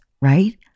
right